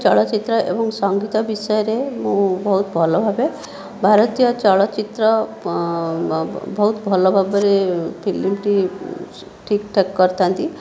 ଚଳଚ୍ଚିତ୍ର ଏବଂ ସଙ୍ଗୀତ ବିଷୟରେ ମୁଁ ବହୁତ ଭଲ ଭାବେ ଭାରତୀୟ ଚଳଚ୍ଚିତ୍ର ବହୁତ ଭଲ ଭାବରେ ଫିଲ୍ମଟି ଠିକ୍ଠାକ୍ କରିଥାନ୍ତି